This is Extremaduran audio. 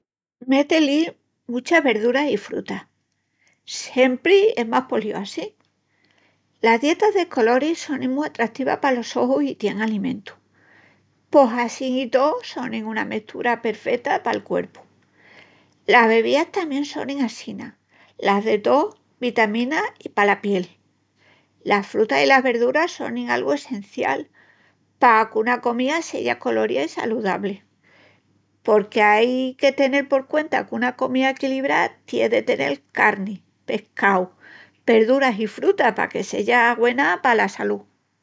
Meté-li muchas verduras i frutas, siempri es más políu assín. Las dietas de coloris sonin mu atrativas palos ojus i tien alimentu. Pos assín i tó sonin una mestura perfeta pal cuerpu. Las bebías tamién sonin tamién assina, las detox, vitaminas, pala piel. Las frutas i las verduras sonin algu sencial pa qu'una comía seya coloría i saludabli, porque ai que tenel por cuenta qu'una comía equilibrá tié de tenel carni, pescau, verduras i frutas paque seya güena pala salú.